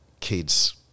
kids